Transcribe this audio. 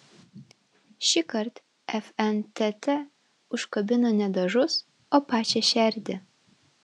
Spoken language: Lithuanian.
šįkart fntt užkabino ne dažus o pačią šerdį